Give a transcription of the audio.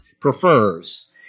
prefers